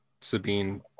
Sabine